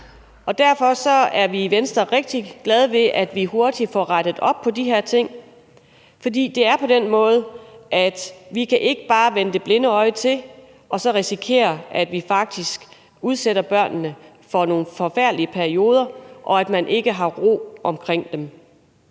og derfor er vi i Venstre rigtig glade ved, at vi hurtigt får rettet op på de her ting, fordi det er på den måde, at vi ikke bare kan vende det blinde øje til og risikere, at vi faktisk udsætter børnene for nogle forfærdelige perioder, og at man ikke har ro omkring dem.